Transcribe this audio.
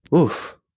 Oof